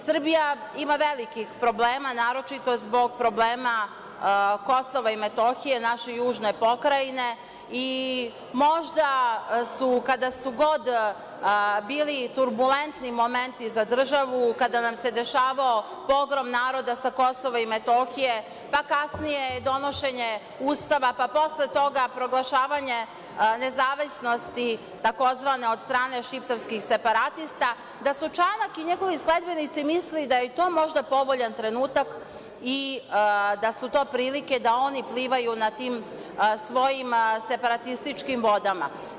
Srbija ima velikih problema, naročito zbog problema Kosova i Metohije, naše južne pokrajine, i možda su, kada su god bili turbulentni momenti za državu, kada nam se dešavao pogrom naroda sa KiM, pa kasnije donošenje Ustava, pa posle toga proglašavanje nezavisnosti tzv. od strane šiptarskih separatista, da su Čanak i njegovi sledbenici mislili da je to možda povoljan trenutak i da su to prilike da oni plivaju na tim svojim separatističkim vodama.